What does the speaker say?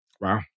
Wow